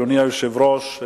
אדוני היושב-ראש,